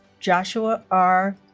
joshua r.